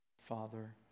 Father